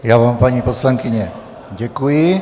Já vám, paní poslankyně, děkuji.